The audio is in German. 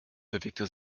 bewegte